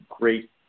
great